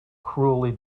cruelly